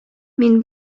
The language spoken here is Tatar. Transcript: мин